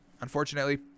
unfortunately